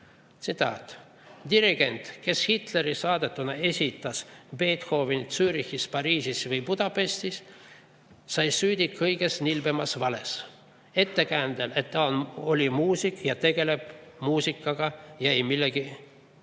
Tsitaat: "Dirigent, kes Hitleri saadetuna esitas Beethovenit Zürichis, Pariisis või Budapestis, sai süüdi kõige nilbemas vales, sest [tõi] ettekäändeks, et ta on muusik ja tegeleb muusikaga ja ei millegi